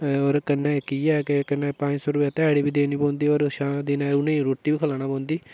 होर कन्नै कि एह् कि कन्नै पंज सौ रपेआ ध्याड़ी बी देना पौंदी होर शाम बेल्लै उ'नेंगी रूट्टी बी खलाना पौंदी